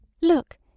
look